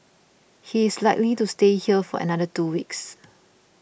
he is likely to stay here for another two weeks